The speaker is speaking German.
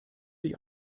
sich